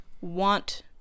Want